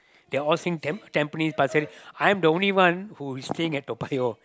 they all same Tampines Pasir-Ris I'm the only one who is staying at Toa-Payoh